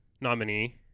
nominee